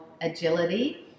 agility